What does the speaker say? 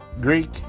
Greek